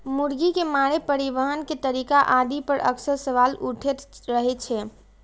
मुर्गी के मारै, परिवहन के तरीका आदि पर अक्सर सवाल उठैत रहै छै